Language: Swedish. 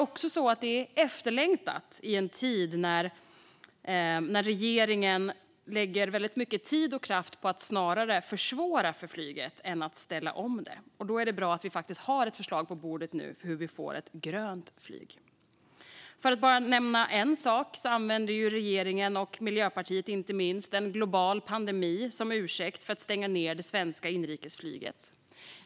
Propositionen är efterlängtad i en tid när regeringen lägger mycket tid och kraft på att snarare försvåra för flyget än att ställa om det, och då är det bra att det finns ett förslag på bordet för ett grönt flyg. För att bara nämna en sak använder regeringen och inte minst Miljöpartiet en global pandemi som ursäkt för att stänga ned det svenska inrikesflyget.